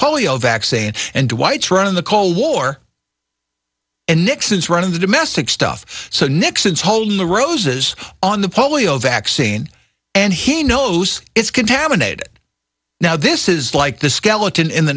polio vaccine and whites running the cold war and nixon's run of the domestic stuff so next it's holding the roses on the polio vaccine and he knows it's contaminated now this is like the skeleton in the